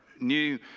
new